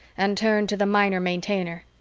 and turned to the minor maintainer.